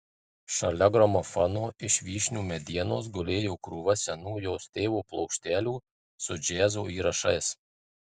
šalia gramofono iš vyšnių medienos gulėjo krūva senų jos tėvo plokštelių su džiazo įrašais